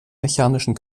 mechanischen